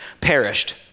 perished